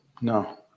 No